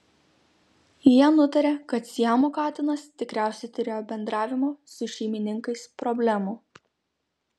jie nutarė kad siamo katinas tikriausiai turėjo bendravimo su šeimininkais problemų